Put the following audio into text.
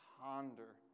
ponder